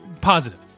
Positive